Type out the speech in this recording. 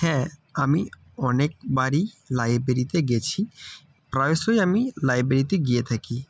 হ্যাঁ আমি অনেকবারই লাইব্রেরিতে গেছি প্রায়শই আমি লাইব্রেরিতে গিয়ে থাকি